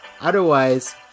Otherwise